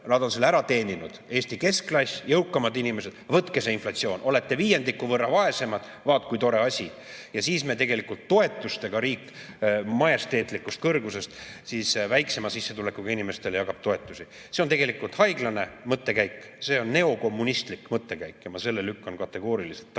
on selle ära teeninud, Eesti keskklass, jõukamad inimesed, võtke see inflatsioon, olete viiendiku võrra vaesemad, vaat kui tore asi! Ja siis me toetustega, riik majesteetlikust kõrgusest siis väiksema sissetulekuga inimestele jagab toetusi. See on haiglane mõttekäik, see on neokommunistlik mõttekäik ja ma selle lükkan kategooriliselt tagasi.